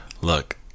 Look